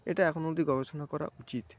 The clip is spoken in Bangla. এটা এখনো অব্দি গবেষণা করা উচিৎ